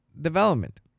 development